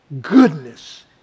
goodness